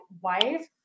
wife